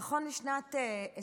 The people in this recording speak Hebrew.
נכון לשנת 2021,